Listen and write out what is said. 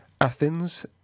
Athens